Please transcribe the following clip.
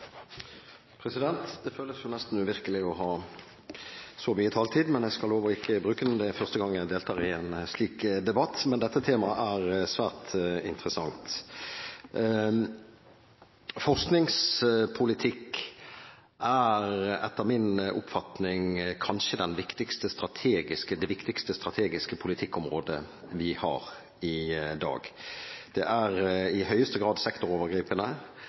men jeg skal love ikke å bruke den. Det er første gang jeg deltar i en slik debatt, men dette temaet er svært interessant. Forskningspolitikk er etter min oppfatning kanskje det viktigste strategiske politikkområdet vi har i dag. Det er i høyeste grad sektorovergripende.